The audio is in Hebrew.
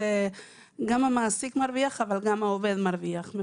גם המעסיק מרוויח אבל גם העובד מרוויח.